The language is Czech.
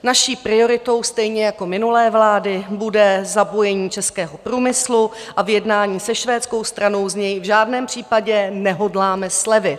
Naší prioritou stejně jako minulé vlády bude zapojení českého průmyslu a v jednání se švédskou stranou z něj v žádném případě nehodláme slevit.